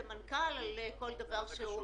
אלי כהן, מנכ"ל ארגון פתחון לב.